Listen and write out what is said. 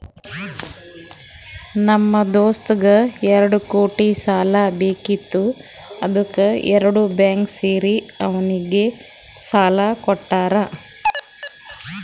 ನಮ್ ದೋಸ್ತಗ್ ಎರಡು ಕೋಟಿ ಸಾಲಾ ಬೇಕಿತ್ತು ಅದ್ದುಕ್ ಎರಡು ಬ್ಯಾಂಕ್ ಸೇರಿ ಅವ್ನಿಗ ಸಾಲಾ ಕೊಟ್ಟಾರ್